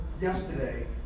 yesterday